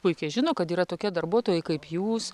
puikiai žino kad yra tokie darbuotojai kaip jūs